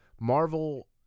Marvel